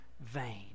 vain